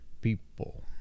people